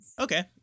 Okay